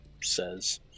says